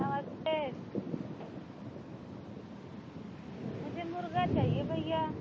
नमस्ते मुझे मुर्गा चाहिए भैया